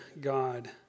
God